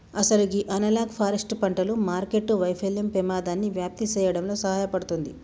అసలు గీ analogue forest పంటలు మార్కెట్టు వైఫల్యం పెమాదాన్ని వ్యాప్తి సేయడంలో సహాయపడుతుంది